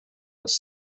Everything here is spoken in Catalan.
els